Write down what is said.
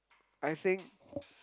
I think